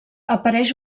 apareix